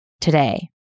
today